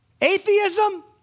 atheism